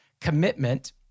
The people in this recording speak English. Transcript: commitment